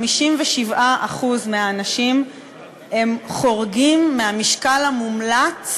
57% מהאנשים חורגים מהמשקל המומלץ